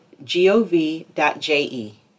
gov.je